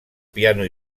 piano